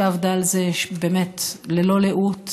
שעבדה על זה באמת ללא לאות,